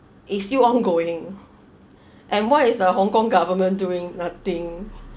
it's still ongoing and what is the hong kong government doing nothing